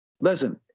Listen